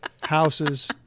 Houses